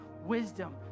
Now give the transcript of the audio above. Wisdom